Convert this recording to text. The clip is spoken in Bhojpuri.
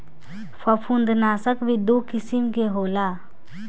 फंफूदनाशक भी दू किसिम के होला